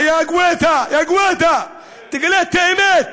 אח, יא גואטה, יא גואטה, תגלה את האמת